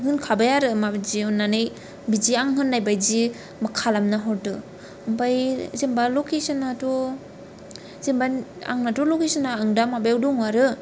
होनखाबाय आरो माबायदि अननानै बिदि आं होननाय बायदि खालामना हरदो आमफ्राय जेनेबा लकेशनाथ' जेनबा आंनोथ' लकेशनआ आं दा माबायाव दं आरो